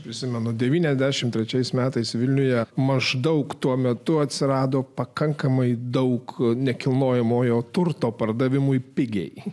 prisimenu devyniasdešim trečiais metais vilniuje maždaug tuo metu atsirado pakankamai daug nekilnojamojo turto pardavimui pigiai